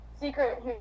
secret